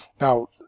Now